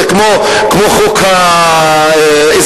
זה כמו חוק האזרחות,